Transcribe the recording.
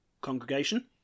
congregation